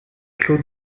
clos